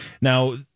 Now